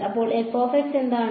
അപ്പോൾ എന്താണ്